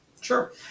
Sure